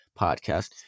podcast